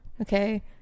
okay